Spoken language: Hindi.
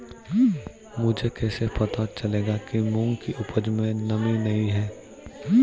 मुझे कैसे पता चलेगा कि मूंग की उपज में नमी नहीं है?